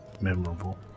memorable